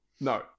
No